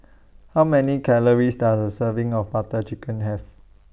How Many Calories Does A Serving of Butter Chicken Have